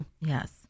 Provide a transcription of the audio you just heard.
Yes